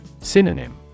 Synonym